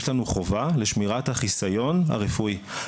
יש לנו חובה לשמירת החיסיון הרפואי.